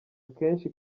akenshi